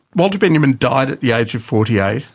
walter benjamin died at the age of forty eight,